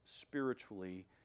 spiritually